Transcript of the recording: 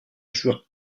juin